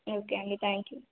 okay అండి thank you